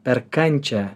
per kančią